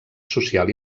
social